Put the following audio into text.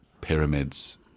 pyramids